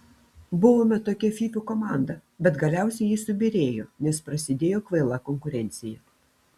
buvome tokia fyfų komanda bet galiausiai ji subyrėjo nes prasidėjo kvaila konkurencija